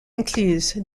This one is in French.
incluse